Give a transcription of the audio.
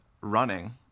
running